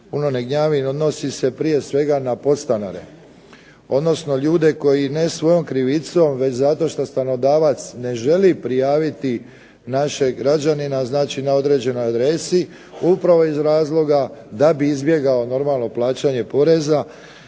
puno ne gnjavim. Odnosi se prije svega na podstanare, odnosno ljude koji ne svojom krivicom već zato što stanodavac ne želi prijaviti našeg građanina znači na određenoj adresi, upravo iz razloga da bi izbjegao normalno plaćanje poreza.